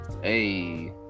Hey